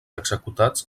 executats